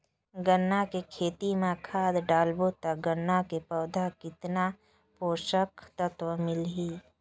गन्ना के खेती मां खाद डालबो ता गन्ना के पौधा कितन पोषक तत्व मिलही?